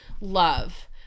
love